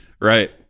Right